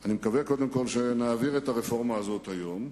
אני מקווה קודם כול שנעביר את הרפורמה הזאת היום,